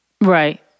Right